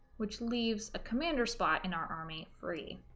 which leaves a commander spot in our army free